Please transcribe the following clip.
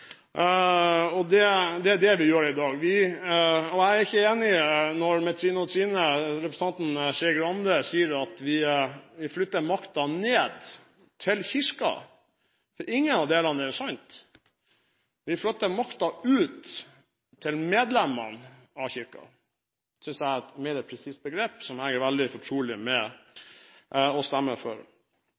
Jeg er ikke enig når representanten Skei Grande sier at vi flytter makten ned til Kirken, for det er ikke sant. Vi flytter makten ut til medlemmene av Kirken. Det synes jeg er et mer presist begrep, som jeg er veldig fortrolig med å stemme for.